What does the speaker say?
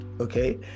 okay